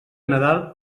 nadal